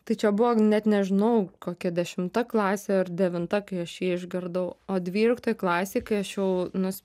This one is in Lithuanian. tai čia buvo net nežinau kokia dešimta klasė ar devinta kai aš jį išgirdau o dvyliktoj klasėj kai aš jau nus